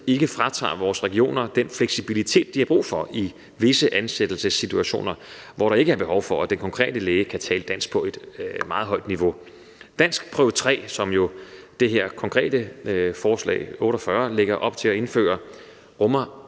ikke fratager vores regioner den fleksibilitet, de har brug for i visse ansættelsessituationer, hvor der ikke er behov for, at den konkrete læge kan tale dansk på et meget højt niveau. Danskprøve 3, som det her konkrete forslag, B 48, lægger op til at indføre, rummer